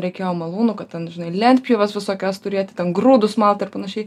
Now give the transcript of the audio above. reikėjo malūnų kad ten žinai lentpjūves visokias turėti ten grūdus malt ir panašiai